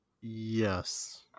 yes